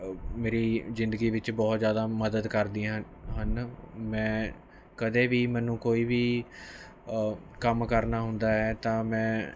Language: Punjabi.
ਮੇਰੀ ਜ਼ਿੰਦਗੀ ਵਿੱਚ ਬਹੁਤ ਜ਼ਿਆਦਾ ਮਦਦ ਕਰਦੀਆਂ ਹਨ ਮੈਂ ਕਦੇ ਵੀ ਮੈਨੂੰ ਕੋਈ ਵੀ ਕੰਮ ਕਰਨਾ ਹੁੰਦਾ ਹੈ ਤਾਂ ਮੈਂ